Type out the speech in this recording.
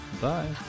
Bye